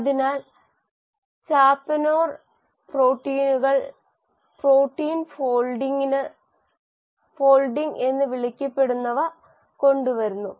അതിനാൽ ചാപ്പറോൺ പ്രോട്ടീനുകൾ protein folding എന്ന് വിളിക്കപ്പെടുന്നവ കൊണ്ടുവരുന്നു